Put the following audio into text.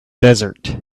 desert